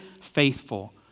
faithful